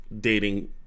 dating